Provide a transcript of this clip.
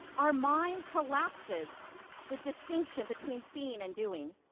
our mind collapses the distinction between seeing and doing.